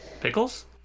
Pickles